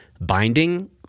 binding